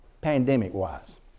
pandemic-wise